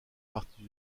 partie